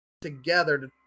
together